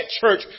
church